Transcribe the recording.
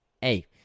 hey